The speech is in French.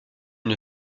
une